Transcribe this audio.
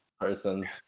person